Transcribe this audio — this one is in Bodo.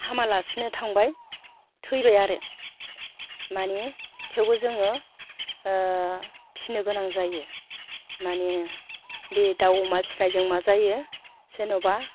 हामालासिनो थांबाय थैबाय आरो माने थेवबो जोङो फिसिनो गोनां जायो माने बे दाउ अमा फिनायजों मा जायो जेन'बा